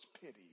pity